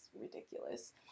ridiculous